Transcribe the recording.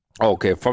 okay